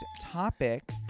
topic